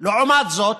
לעומת זאת,